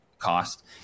cost